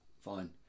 fine